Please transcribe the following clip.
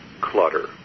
clutter